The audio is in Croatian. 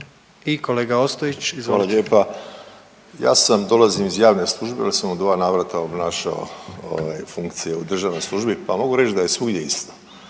Rajko (Nezavisni)** Hvala lijepa. Ja sam dolazim iz javne službe jer sam u dva navrata obnašao ovaj funkcije u državnoj službi pa mogu reći da je svugdje isto.